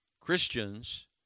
Christians